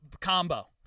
Combo